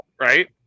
right